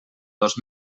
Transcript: dos